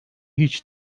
hiç